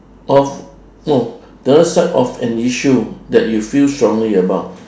of no the other side of an issue that you feel strongly about